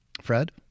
Fred